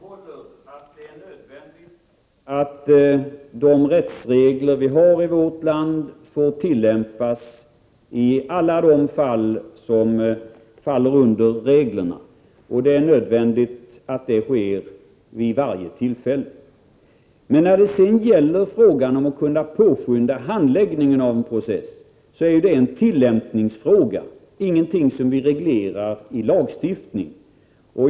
Fru talman! Jag vidhåller att det är nödvändigt att rättsreglerna i vårt land får tillämpas i alla de fall som täcks av reglerna, och det är också nödvändigt att detta sker vid varje tillfälle. Men när det sedan gäller att påskynda handläggningen av en process rör det sig ju om en tillämpningsfråga, alltså om någonting som inte regleras i lagstiftning.